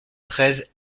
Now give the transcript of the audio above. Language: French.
treize